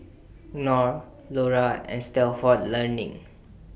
Knorr Lora and Stalford Learning